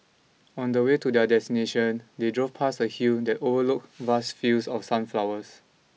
on the way to their destination they drove past a hill that overlooked vast fields of sunflowers